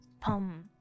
pum